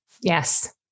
Yes